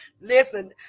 listen